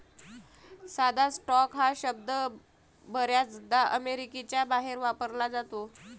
साधा स्टॉक हा शब्द बर्याचदा अमेरिकेच्या बाहेर वापरला जातो